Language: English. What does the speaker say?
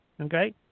okay